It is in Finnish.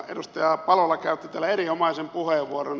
edustaja palola käytti täällä erinomaisen puheenvuoron